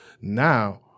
Now